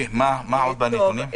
מה עוד בנתונים?